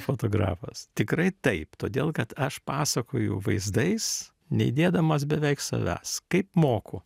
fotografas tikrai taip todėl kad aš pasakoju vaizdais neįdėdamas beveik savęs kaip moku